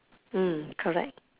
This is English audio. mm correct